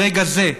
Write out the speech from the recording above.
ברגע זה,